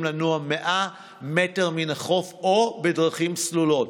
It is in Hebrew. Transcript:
לנוע 100 מטר מן החוף או בדרכים סלולות,